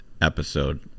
episode